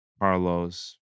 Carlos